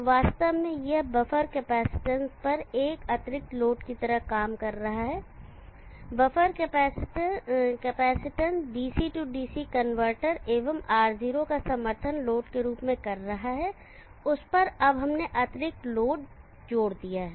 तो वास्तव में यह बफर कैपेसिटेंस पर एक अतिरिक्त लोड की तरह काम कर रहा है buffer capacitance DC DC converter एवं R0 का समर्थन लोड के रूप में कर रहा है उस पर अब हमने अतिरिक्त लोड जोड़ दिया है